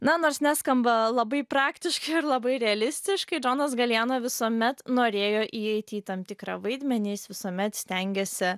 na nors neskamba labai praktiški ir labai realistiškai džonas galijano visuomet norėjo įeiti į tam tikrą vaidmenį jis visuomet stengėsi